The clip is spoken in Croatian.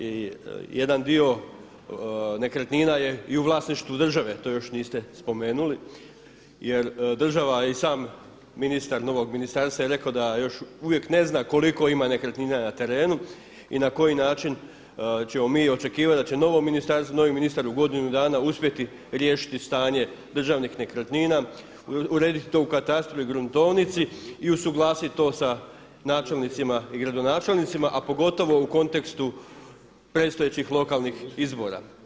I jedan dio nekretnina je u vlasništvu države, to još niste spomenuli jer država i sam ministar novog ministarstva je rekao da još uvijek ne zna koliko ima nekretnina na terenu i na koji način ćemo mi očekivati da će novo ministarstvo, novi ministar u godinu dana uspjeti riješiti stanje državnih nekretnina, urediti to u katastru i gruntovnici i usuglasiti to sa načelnicima i gradonačelnicima, a pogotovo u kontekstu predstojećih lokalnih izbora.